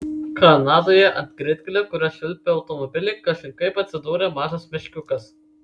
kanadoje ant greitkelio kuriuo švilpė automobiliai kažin kaip atsidūrė mažas meškiukas